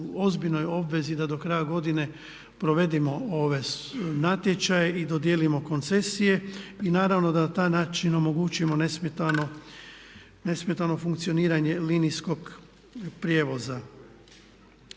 u ozbiljnoj obvezi da do kraja godine provedemo ove natječaje i dodijelimo koncesije. I naravno da tim načinom omogućujemo nesmetano funkcioniranje linijskog prijevoza.